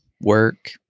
work